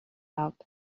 out